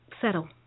settle